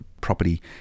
property